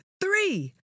Three